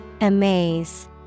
amaze